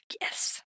Yes